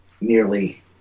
nearly